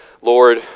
Lord